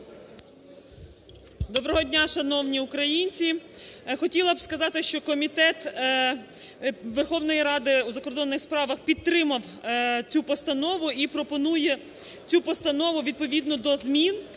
Доброго дня, шановні українці! Хотіла б сказати, що Комітет Верховної Ради у закордонних справах підтримав цю постанову і пропонує цю постанову відповідно до змін,